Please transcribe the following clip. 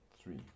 Three